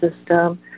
system